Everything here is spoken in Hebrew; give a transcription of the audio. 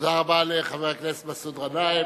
תודה רבה לחבר הכנסת מסעוד גנאים.